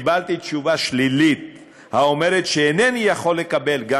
וקיבלתי תשובה שלילית האומרת שאינני יכול לקבל גם